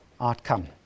outcome